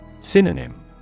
Synonym